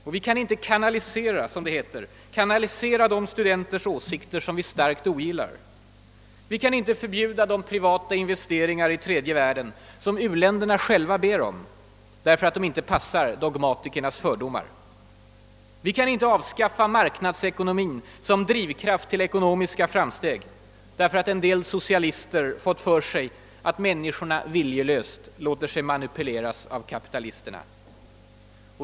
Och vi kan inte »kanalisera» de studenters åsikter som vi starkt ogillar. Vi kan inte förbjuda de privata investeringar i tredje världen, som u-länderna själva ber om, därför att de inte passar dogmatikernas fördomar. Vi kan inte avskaffa marknadsekonomin som drivkraft till ekonomiska framsteg, därför att en del socialister fått för sig att människorna viljelöst låter sig manipuleras av kapitalisterna.